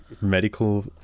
medical